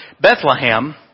Bethlehem